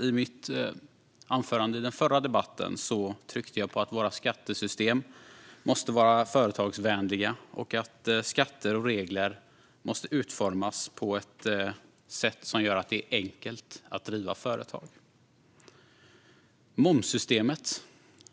I mitt anförande i den förra debatten tryckte jag på att våra skattesystem måste vara företagsvänliga och att skatter och regler måste utformas på ett sätt som gör att det är enkelt att driva företag. Momssystemet